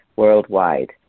Worldwide